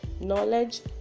knowledge